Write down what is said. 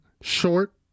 short